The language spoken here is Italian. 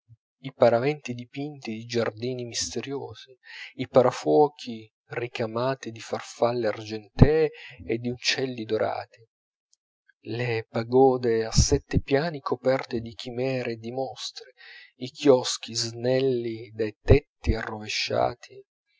i paraventi dipinti di giardini misteriosi i parafuochi ricamati di farfalle argentee e di uccelli dorati le pagode a sette piani coperte di chimere e di mostri i chioschi snelli dai tetti arrovesciati